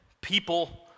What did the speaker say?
people